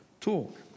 Talk